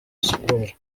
sports